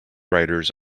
riders